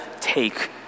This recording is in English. take